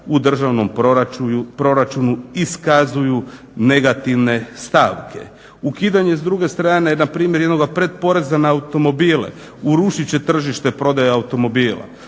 u državnom proračunu iskazuju negativne stavke. Ukidanje s druge strane na primjer jednoga pretporeza na automobile urušit će tržište prodaje automobila.